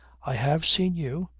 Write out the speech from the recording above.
i have seen you.